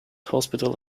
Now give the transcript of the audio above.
hospital